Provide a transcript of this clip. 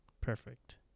Perfect